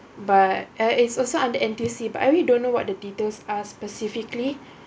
but eh it's also under N_T_U_C but I really don't know what the details are specifically